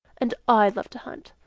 and i love to hunt,